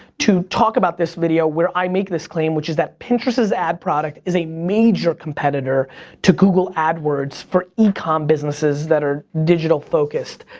to talk about this video where i make this claim, which is that pinterest's ad product is a major competitor to google adwords for e-comm businesses that are digital focused.